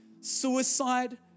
suicide